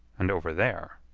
and over there.